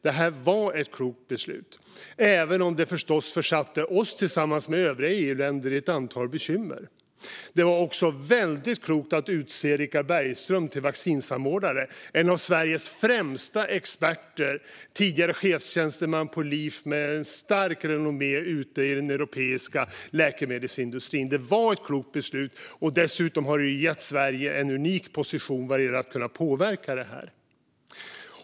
Det här var ett klokt beslut, även om det förstås försatte oss tillsammans med övriga EU-länder i ett antal bekymmer. Det var också väldigt klokt att utse Richard Bergström till vaccinsamordnare, en av Sveriges främsta experter och tidigare chefstjänsteman på LIF med ett starkt renommé ute i den europeiska läkemedelsindustrin. Det var ett klokt beslut, och dessutom har det gett Sverige en unik position vad gäller att kunna påverka det här.